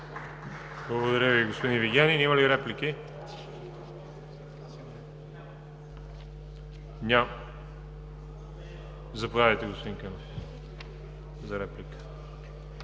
Благодаря Ви, господин Вигенин. Има ли реплики? Заповядайте, господин Кънев, за реплика.